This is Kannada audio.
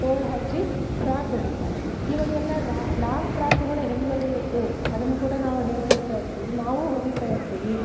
ತೋಳು ಹಚ್ಚಿ ಫ್ರಾಕ್ ಹೊಲಿತಾರೆ ಇವಾಗೆಲ್ಲ ರಾ ಲಾಂಗ್ ಫ್ರಾಕ್ ಕೂಡ ಹೆಂಗೆ ಹೊಲಿಬೇಕು ಅದನ್ನು ಕೂಡ ನಾವು ಹೇಳಿಕೊಡ್ತಾ ಇರ್ತೀವಿ ನಾವು ಹೊಲಿತ ಇರ್ತೀವಿ